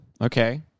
okay